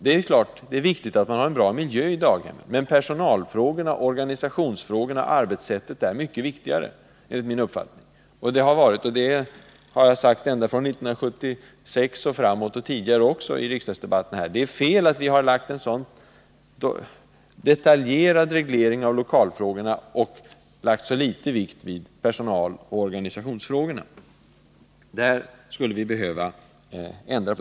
Givetvis är det viktigt att miljön på daghemmen är bra, men personaloch organisationsfrågorna och arbetssättet är, enligt min uppfattning, mycket viktigare. Ända sedan 1976, och även tidigare här i riksdagsdebatterna, har jag sagt att det är fel att vi har en så detaljerad reglering av lokalfrågorna samtidigt som vi har lagt så liten vikt vid personaloch organisationsfrågorna. Här skulle det behövas en ändring.